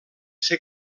ser